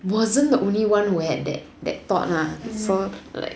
wasn't the only one who had had that that thought ah so like